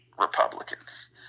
Republicans